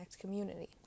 community